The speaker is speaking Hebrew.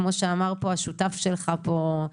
כמו שאמר פה השותף שלך פה,